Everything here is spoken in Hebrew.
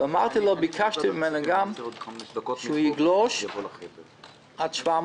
וביקשתי ממנו גם שיגלוש עד 700,